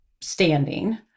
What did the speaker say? standing